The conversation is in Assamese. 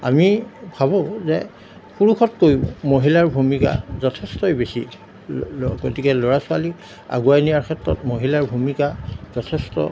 আমি ভাবোঁ যে পুৰুষতকৈও মহিলাৰ ভূমিকা যথেষ্টই বেছি গতিকে ল'ৰা ছোৱালীক আগুৱাই নিয়াৰ ক্ষেত্ৰত মহিলাৰ ভূমিকা যথেষ্ট